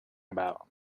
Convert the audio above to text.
about